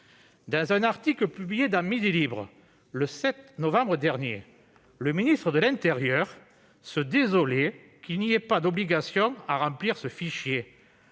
Dans un article publié dans le 7 novembre dernier, le ministre de l'intérieur se désolait qu'il n'y ait pas d'obligation à remplir ce fichier.